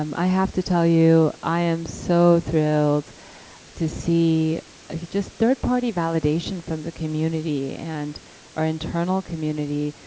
um i have to tell you i am so thrilled to see just third party validation from the community and our internal community,